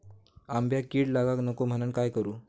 आंब्यक कीड लागाक नको म्हनान काय करू?